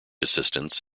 assistants